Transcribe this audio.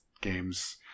games